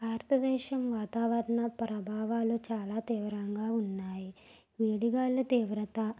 భారతదేశం వాతావరణ ప్రభావాలు చాలా తీవ్రంగా ఉన్నాయి వేడి గాలుల తీవ్రత